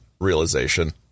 realization